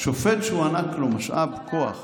"שופט שהוענק לו משאב כוח